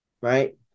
right